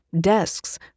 desks